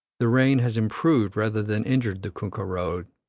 the rain has improved rather than injured the kunkah road,